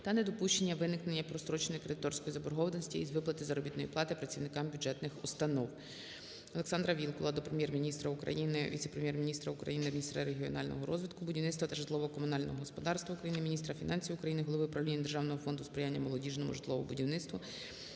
та недопущення виникнення простроченої кредиторської заборгованості із виплати заробітної плати працівникам бюджетних установ. Олександра Вілкула до Прем'єр-міністра України, віце-прем'єр-міністра України - міністра регіонального розвитку, будівництва та житлово-комунального господарства України, міністра фінансів України, голови правління Державного фонду сприяння молодіжному житловому будівництву